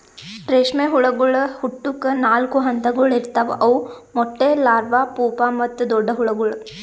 ರೇಷ್ಮೆ ಹುಳಗೊಳ್ ಹುಟ್ಟುಕ್ ನಾಲ್ಕು ಹಂತಗೊಳ್ ಇರ್ತಾವ್ ಅವು ಮೊಟ್ಟೆ, ಲಾರ್ವಾ, ಪೂಪಾ ಮತ್ತ ದೊಡ್ಡ ಹುಳಗೊಳ್